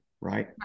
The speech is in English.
right